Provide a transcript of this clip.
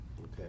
okay